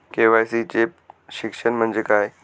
KYC चे शिक्षण म्हणजे काय?